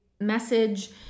message